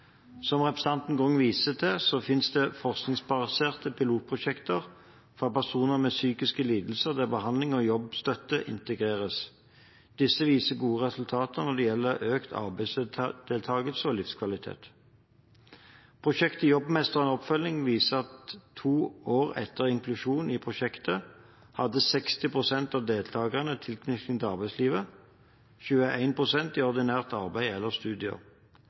Som representanten Grung viser til, finnes det forskningsbaserte pilotprosjekter for personer med psykiske lidelser der behandling og jobbstøtte integreres. Disse viser gode resultater når det gjelder økt arbeidsdeltakelse og livskvalitet. Prosjektet Jobbmestrende oppfølging viser at to år etter inklusjon i prosjektet hadde 60 pst. av deltakerne tilknytning til arbeidslivet – 21 pst. i ordinært arbeid eller studier.